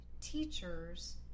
teachers